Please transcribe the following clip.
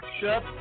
Chef